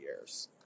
years